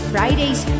Fridays